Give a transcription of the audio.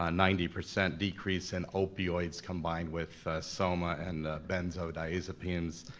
ah ninety percent decrease in opioids combined with soma and benzodiazepines.